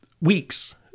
weeks